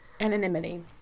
Anonymity